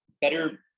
better